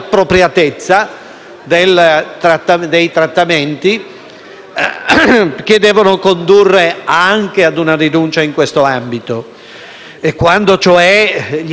che devono condurre anche a una rinuncia in questo ambito, quando cioè gli effetti possono essere più dannosi dei benefici per la persona stessa.